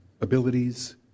abilities